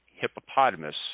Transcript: hippopotamus